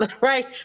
Right